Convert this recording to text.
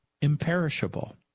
imperishable